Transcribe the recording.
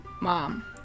Mom